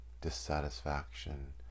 dissatisfaction